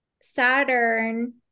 Saturn